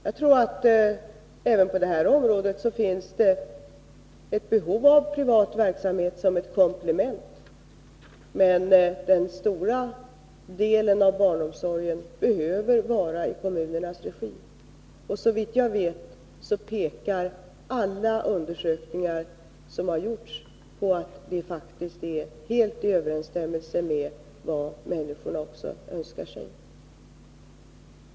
Jag tror att det även på detta område finns ett behov av privat verksamhet som ett komplement, men den stora delen av barnomsorgen behöver skötas kommunalt. Såvitt jag vet pekar alla undersökningar som har gjorts på att det faktiskt är helt i överensstämmelse med vad människorna önskar sig.